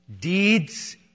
deeds